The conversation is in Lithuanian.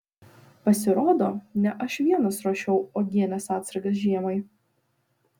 pasirodo ne aš vienas ruošiau uogienės atsargas žiemai